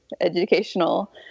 educational